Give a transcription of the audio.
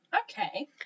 Okay